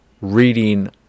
reading